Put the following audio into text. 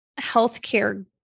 healthcare